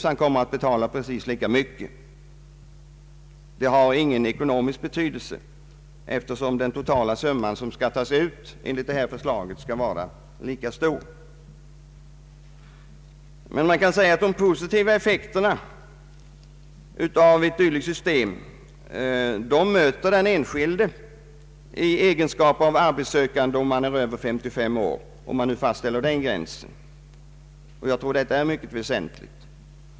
De kommer då att betala in lika mycket som nu, eftersom det totala uttaget enligt vårt förslag skall vara lika stort som tidigare. De positiva effekterna av ett dylikt system möter den enskilde i egenskap av arbetssökande om han är över 55 år, om nu den åldersgränsen fastställes. Det tror jag är någonting mycket väsentligt.